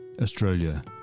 Australia